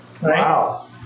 Wow